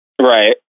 right